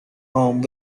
home